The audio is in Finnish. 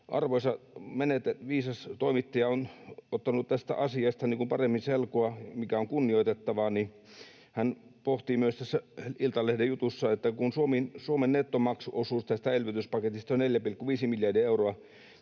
arvoisa, viisas toimittaja on ottanut tästä asiasta paremmin selkoa, mikä on kunnioitettavaa, ja hän pohtii myös tässä Iltalehden jutussa, että kun Suomen nettomaksuosuus tästä elvytyspaketista on 4,5 miljardia euroa,